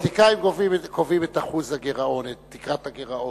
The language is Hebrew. הפוליטיקאים קובעים את תקרת הגירעון.